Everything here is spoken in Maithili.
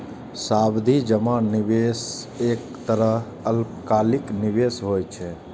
सावधि जमा निवेशक एक तरहक अल्पकालिक निवेश होइ छै